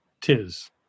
tis